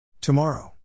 Tomorrow